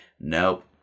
nope